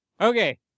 Okay